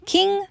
King